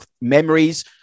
memories